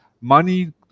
Money